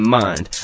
mind